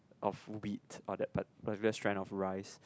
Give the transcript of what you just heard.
of wheat or that particular strain of rice